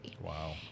Wow